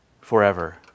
forever